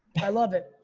i love it.